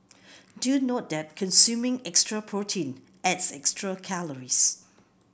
do note that consuming extra protein adds extra calories